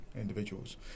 individuals